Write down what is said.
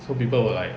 so people were like